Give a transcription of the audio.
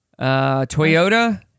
Toyota